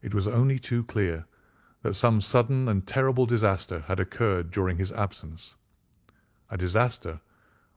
it was only too clear that some sudden and terrible disaster had occurred during his absenceaeur a disaster